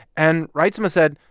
and reitzema said,